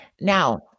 now